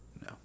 No